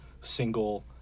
single